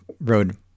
road